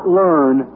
learn